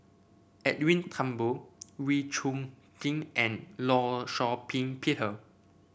Edwin Thumboo Wee Chong Jin and Law Shau Ping Peter